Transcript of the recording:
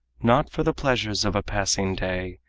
not for the pleasures of a passing day,